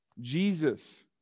Jesus